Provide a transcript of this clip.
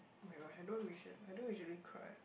oh-my-gosh I don't usua~ I don't usually cry